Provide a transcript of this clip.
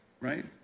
right